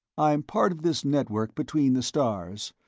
i'm part of this network between the stars,